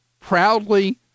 proudly